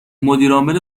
مدیرعامل